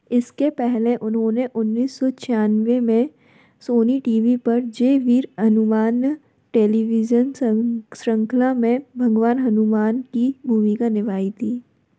इसके पहले उन्होंने उन्नीस सौ छियानबे में सोनी टी भी पर जय वीर हनुमान टेलीविजन श्रृंखला में भगवान हनुमान की भूमिका निभाई थी